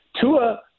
Tua